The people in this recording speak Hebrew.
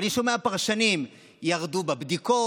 אני שומע פרשנים: ירדו בבדיקות.